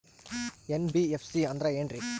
NBFC ಅಂದ್ರ ಏನ್ರೀ?